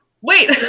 wait